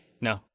No